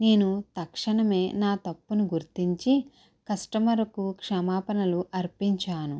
నేను తక్షణమే నా తప్పును గుర్తించి కస్టమరుకు క్షమాపణలు అర్పించాను